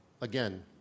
again